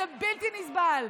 זה בלתי נסבל.